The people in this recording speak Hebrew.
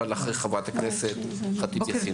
אבל אחרי חברת הכנסת ח'טיב יאסין,